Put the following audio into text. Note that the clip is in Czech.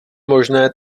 možné